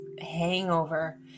hangover